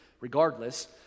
regardless